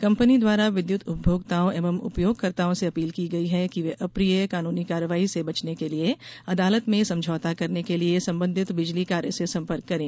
company द्वारा विद्यत उपभोक्ताओं एवं उपयोगकर्ताओं से अपील की गई है कि वे अप्रिय कानूनी कार्यवाही से बचने के लिए अदालत में समझौता करने के लिए संबंधित बिजली कार्यालय से संपर्क करें